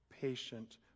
patient